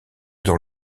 dans